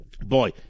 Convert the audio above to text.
Boy